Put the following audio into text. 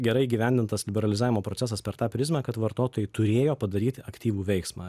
gerai įgyvendintas liberalizavimo procesas per tą prizmę kad vartotojai turėjo padaryti aktyvų veiksmą